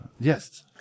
Yes